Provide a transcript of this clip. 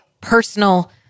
personal